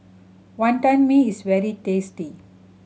Wantan Mee is very tasty